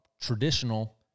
traditional